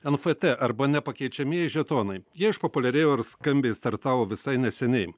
nft arba nepakeičiamieji žetonai jie išpopuliarėjo ir skambiai startavo visai neseniai